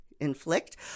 inflict